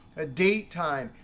a date time,